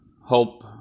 Hope